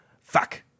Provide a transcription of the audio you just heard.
Fuck